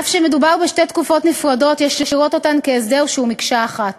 אף שמדובר בשתי תקופות נפרדות יש לראות אותן כהסדר שהוא מקשה אחת.